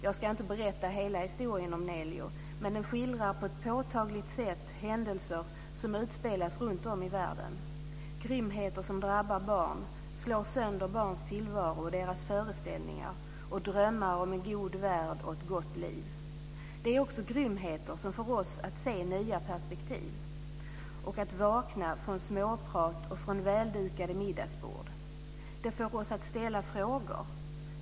Jag ska inte berätta hela historien om Nelio, men den skildrar på ett påtagligt sätt händelser som utspelas runtom i världen och grymheter som drabbar barn och slår sönder barns tillvaro och deras föreställningar och drömmar om en god värld och ett gott liv. Det är också grymheter som får oss att se nya perspektiv och att vakna från småprat och från väldukade middagsbord. Det får oss att ställa frågor.